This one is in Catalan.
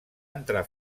entrar